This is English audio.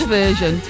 version